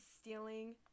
stealing